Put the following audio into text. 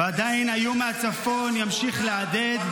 ועדיין האיום מהצפון ימשיך להדהד,